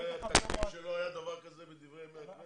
זה תקדים שלא היה דבר כזה בדברי ימי הכנסת.